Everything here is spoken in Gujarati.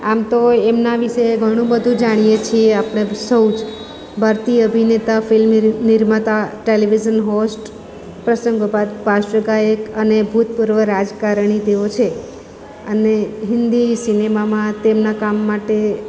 આમ તો એમના વિષે ઘણું બધુ જાણીએ છીએ આપણે સૌ જ ભારતીય અભિનેતા ફિલ્મ નિર્માતા ટેલિવિઝન હોસ્ટ પ્રસંગોપાત પાર્શ્વ ગાયક અને ભૂતપૂર્વ રાજકારણી તેઓ છે અને હિન્દી સિનેમામાં તેમનાં કામ માટે